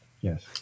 Yes